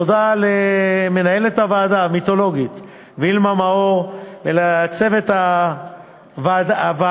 תודה למנהלת הוועדה המיתולוגית וילמה מאור ולצוות הוועדה,